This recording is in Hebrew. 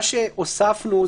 מה שהוספנו,